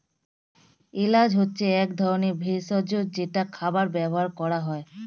এলাচ হচ্ছে এক ধরনের ভেষজ যেটা খাবারে ব্যবহার করা হয়